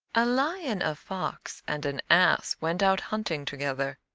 a lion, a fox, and an ass went out hunting together.